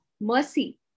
mercy